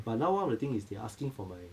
but now one of the thing is they asking for my